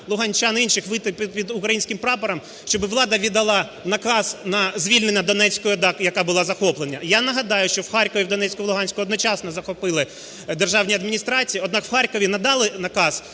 луганчан і інших вийти під українським прапором, щоб влада віддала наказ на звільнення Донецької ОДА, яка була захоплена? Я нагадаю, що у Харкові, у Донецьку, в Луганську одночасно захопили державні адміністрації. Однак у Харкові надали наказ